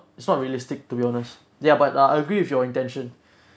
it's not realistic to be honest ya but uh I agree with your intention